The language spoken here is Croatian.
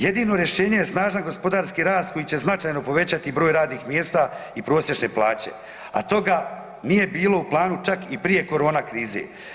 Jedino rješenje je snažan gospodarski rast koji će značajno povećati broj radnih mjesta i prosječne plaće a toga nije bilo u planu čak i prije korona krize.